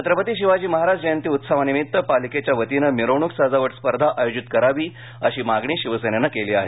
छत्रपती शिवाजी महाराज जयंती उत्सवानिमित पालिकेच्या वतीने मिरवण्क सजावट स्पर्धा आयोजित करावी अशी मागणी शिवसेनेने केली आहे